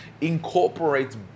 incorporates